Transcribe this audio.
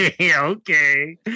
Okay